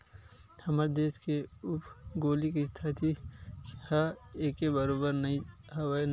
हमर देस के भउगोलिक इस्थिति ह एके बरोबर नइ हवय न गा